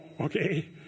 okay